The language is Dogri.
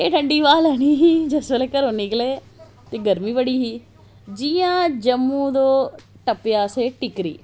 केह् ठंडी हवा लेनी ही जिसले घरो निकले ते गर्मी बड़ी ही जियां जिया जम्मू तू टप्पेआ असें टिक्करी